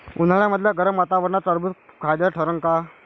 उन्हाळ्यामदल्या गरम वातावरनात टरबुज फायद्याचं ठरन का?